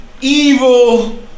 evil